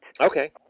okay